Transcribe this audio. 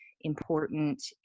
important